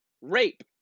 rape